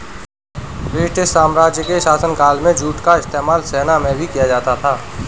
British साम्राज्य के शासनकाल में जूट का इस्तेमाल सेना में भी किया जाता था